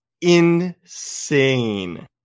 insane